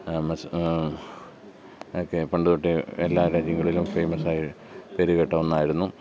പണ്ട് തൊട്ടെ എല്ലാ രാജ്യങ്ങളിലും ഫേമസായ പേരുകേട്ട ഒന്നായിരുന്നു